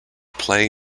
play